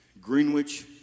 Greenwich